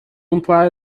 imply